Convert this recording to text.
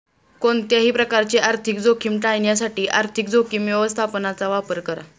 कोणत्याही प्रकारची आर्थिक जोखीम टाळण्यासाठी आर्थिक जोखीम व्यवस्थापनाचा वापर करा